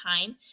time